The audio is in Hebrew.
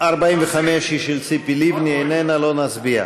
45 היא של ציפי לבני, איננה, לא נצביע.